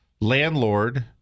landlord